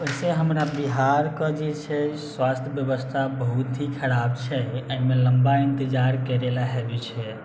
वैसे हमरा बिहारके जे छै स्वास्थ्य व्यवस्था बहुत ही खराब छै अइमे लम्बा इन्तजार करैला हेवे छै